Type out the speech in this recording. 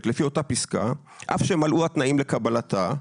לפי אותה פסקה אף שמלאו התנאים לקבלתה,